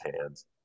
hands